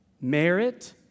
merit